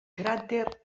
cràter